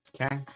Okay